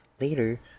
later